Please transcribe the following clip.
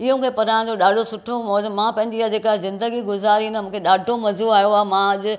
इहो मूंखे पढ़ाइण जो ॾाढो सुठो मौजु मां पंहिंजी हीअ जेका ज़िंदगी गुज़ारी न मूंखे ॾाढो मज़ो आयो आहे मां अॼु